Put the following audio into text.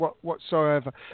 whatsoever